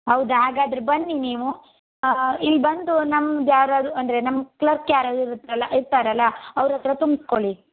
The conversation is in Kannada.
ಹೌದಾ ಹಾಗಾದರೆ ಬನ್ನಿ ನೀವು ಇಲ್ಲಿ ಬಂದು ನಮ್ಮದು ಯಾರಾದರೂ ಅಂದರೆ ನಮ್ಮ ಕ್ಲರ್ಕ್ ಯಾರಾದರೂ ಇರ್ತ ಇರ್ತಾರಲ್ಲ ಅವ್ರ ಹತ್ತಿರ ತುಂಬ್ಸ್ಕೊಳ್ಳಿ